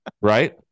Right